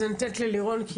אז אני נותנת ללירון,